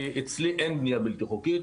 כי אצלי אין בנייה בלתי חוקית,